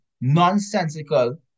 nonsensical